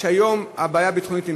שהיום יש הבעיה הביטחונית,